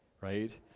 right